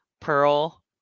pearl